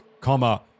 comma